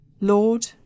Lord